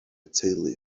teulu